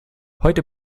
heute